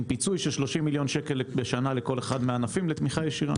עם פיצוי של 30 מיליון שקל בשנה לכל אחד מהענפים לתמיכה ישירה.